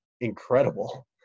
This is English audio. incredible